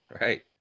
right